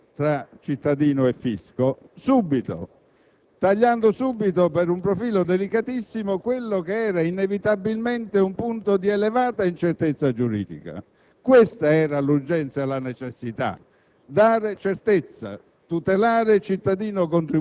tutelare il cittadino contribuente, dare certezza al rapporto tra cittadino e fisco subito, togliendo subito per un profilo delicatissimo quello che era inevitabilmente un punto di elevata incertezza giuridica.